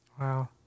Wow